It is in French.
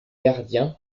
gardien